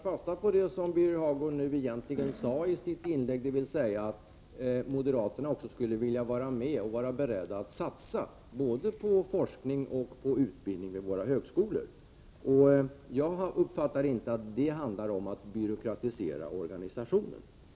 Fru talman! Jag tar fasta på det som Birger Hagård nyss sade, dvs. att moderaterna också är beredda att satsa på forskning och utbildning vid våra högskolor. Jag uppfattar inte detta så, att man vill ha en byråkratisering av organisationen.